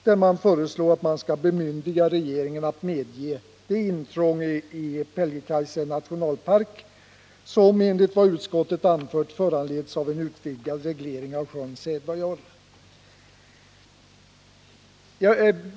Där föreslås att regeringen bemyndigas ”att medge det intrång i Pieljekaise nationalpark som enligt vad utskottet anfört föranleds av en utvidgad reglering av sjön Sädvajaure”.